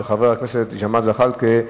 של חבר הכנסת ג'מאל זחאלקה,